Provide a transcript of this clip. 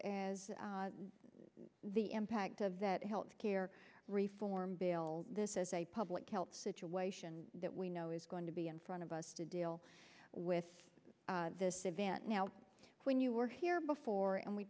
as the impact of that health care reform bill this as a public health situation that we know is going to be in front of us to deal with this event now when you were here before